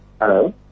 hello